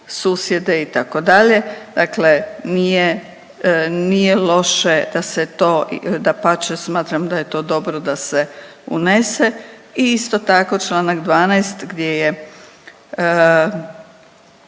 susjede, itd., dakle nije, nije loše da se to, dapače, smatram da je to dobro da se unese i isto tako, čl. 12 gdje je